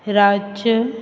राज्य